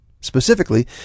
Specifically